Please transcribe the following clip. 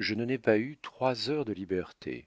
je n'ai pas eu trois heures de liberté